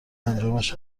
انجامش